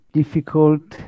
difficult